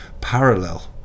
parallel